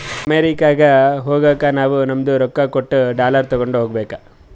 ಅಮೆರಿಕಾಗ್ ಹೋಗಾಗ ನಾವೂ ನಮ್ದು ರೊಕ್ಕಾ ಕೊಟ್ಟು ಡಾಲರ್ ತೊಂಡೆ ಹೋಗ್ಬೇಕ